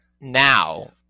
now